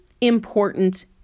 important